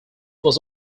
was